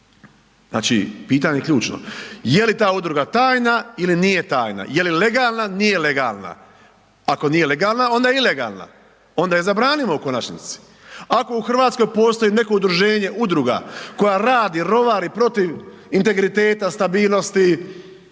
Znači, pitanje je ključno, je li ta udruga tajna ili nije tajna? Je li legalna, nije legalna? Ako nije legalna, onda je ilegalna. Onda je zabranimo u konačnici. Ako u Hrvatskoj postoji neko udruženje udruga koja radi, rovari protiv integriteta, stabilnosti,